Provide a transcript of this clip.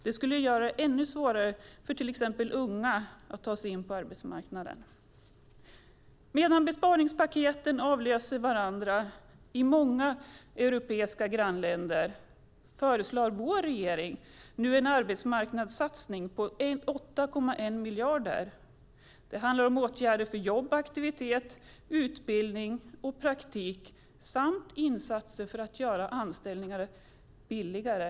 Det skulle göra det ännu svårare för till exempel unga att ta sig in på arbetsmarknaden. Medan besparingspaketen avlöser varandra i många europeiska grannländer föreslår vår regering en arbetsmarknadssatsning på 8,1 miljard. Det handlar om åtgärder för jobb, aktivitet, utbildning och praktik samt insatser som gör anställningar billigare.